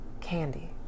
candy